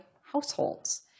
households